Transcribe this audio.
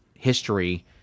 history